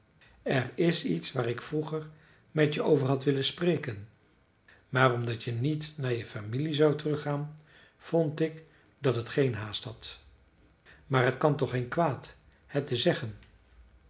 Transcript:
er is iets waar ik vroeger met je over had willen spreken maar omdat je niet naar je familie zoudt teruggaan vond ik dat het geen haast had maar t kan toch geen kwaad het te zeggen